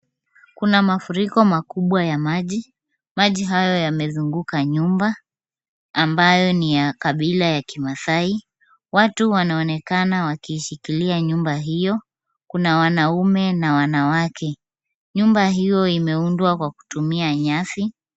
Kuna mafuriko makubwa ya maji, maji hayo yamezunguka nyumba ambayo ni ya kabila ya kimaasai. Watu wanaonekana wakiishikilia nyumba hiyo, kuna wanaume na wanawake. Nyumba hiyo imeundwa kwa kutumia nyasi.